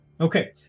Okay